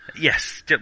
Yes